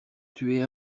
tuer